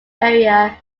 area